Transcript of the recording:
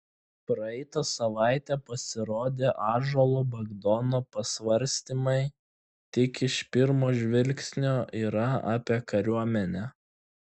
praeitą savaitę pasirodę ąžuolo bagdono pasvarstymai tik iš pirmo žvilgsnio yra apie kariuomenę